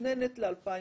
מתוכננת ל-2020.